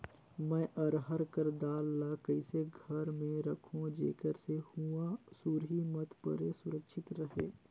मैं अरहर कर दाल ला कइसे घर मे रखों जेकर से हुंआ सुरही मत परे सुरक्षित रहे?